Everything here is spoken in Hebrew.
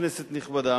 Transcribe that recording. כנסת נכבדה,